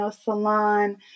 Salon